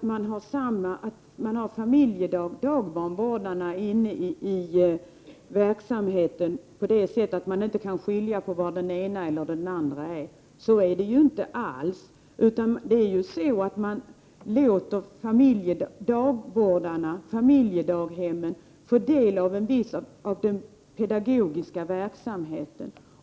nämligen att man skulle ha dagbarnvårdarna inne i verksamheten på ett sådant sätt att man inte kan skilja på vilken funktion den ena eller den andra har. Så är det emellertid inte alls. Man låter i stället dagbarnvårdare och familjedagbarnvårdare få en viss del av den pedagogiska verksamheten.